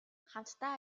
хамтдаа